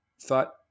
thought